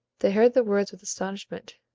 they heard the words with astonishment.